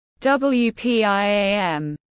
WPIAM